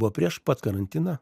buvo prieš pat karantiną